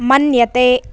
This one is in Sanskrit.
मन्यते